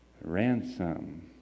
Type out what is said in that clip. ransom